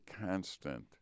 constant